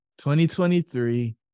2023